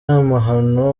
amahano